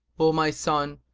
o my son,